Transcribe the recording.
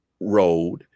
road